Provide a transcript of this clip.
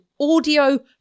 audio